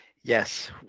Yes